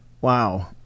wow